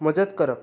मजत करप